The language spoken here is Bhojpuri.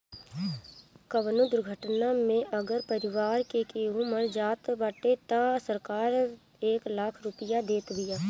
कवनो दुर्घटना में अगर परिवार के केहू मर जात बाटे तअ सरकार एक लाख रुपिया देत बिया